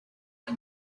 are